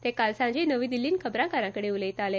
ते काल सांजे नवी दिल्लीत खबराकारांकडेन उलयताले